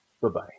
Bye-bye